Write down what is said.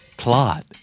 plot